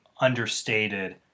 understated